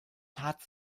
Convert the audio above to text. tat